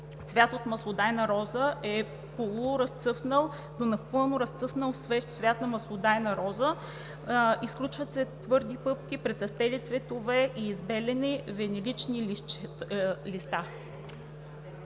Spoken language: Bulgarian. „Цвят от маслодайна роза“ е полуразцъфнал до напълно разцъфнал свеж цвят на маслодайна роза (изключват се твърди пъпки, прецъфтели цветове и избелели венечни листа)“.